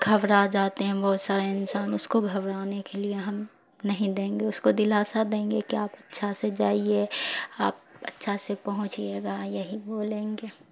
گھبرا جاتے ہیں بہت سارے انسان اس کو گھبرانے کے لیے ہم نہیں دیں گے اس کو دلاسا دیں گے کہ آپ اچھا سے جائیے آپ اچھا سے پہنچیے گا یہی بولیں گے